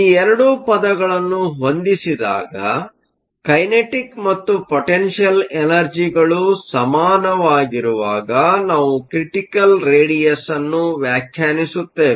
ಈ 2 ಪದಗಳನ್ನು ಹೊಂದಿಸಿದಾಗ ಕೈನೆಟಿಕ್ ಮತ್ತು ಪೋಟೆನ್ಷಿಯಲ್ ಎನರ್ಜಿಗಳು ಸಮಾನವಾಗಿರುವಾಗ ನಾವು ಕ್ರಿಟಿಕಲ್ ರೇಡಿಯಸ್ನ್ನು ವ್ಯಾಖ್ಯಾನಿಸುತ್ತೇವೆ